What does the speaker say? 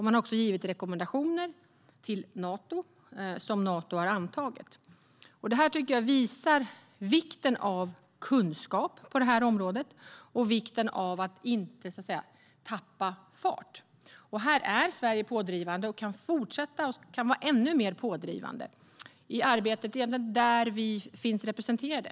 Man har också givit rekommendationer till Nato som Nato har antagit. Jag tycker att detta visar vikten av kunskap på området och vikten av att inte tappa fart. Här är Sverige pådrivande, och vi kan fortsätta att vara ännu mer pådrivande i arbetet där vi finns representerade.